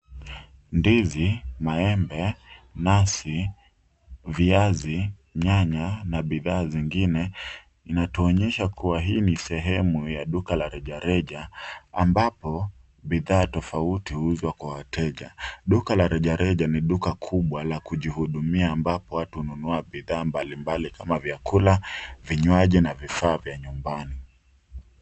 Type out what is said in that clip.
Ndizi, maembe, nasi, viazi, nyanya na bidhaa zingin inatuonyesha kuwa hii ni sehemu ya duka la rejareja ambapo bidhaa tofauti huuzwa kwa wateja. Duka la rejareja ni duka kubwa la kujihudumia ambapo watu hununua bidhaa mbalimbali kama vyakula, vinywaji na vifaa vya nyumbani.